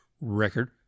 record